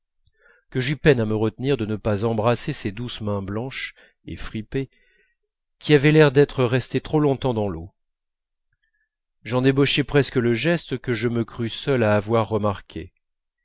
que j'eus peine à me retenir de ne pas embrasser ses douces mains blanches et fripées qui avaient l'air d'être restées trop longtemps dans l'eau j'en ébauchai presque le geste que je me crus seul à avoir remarqué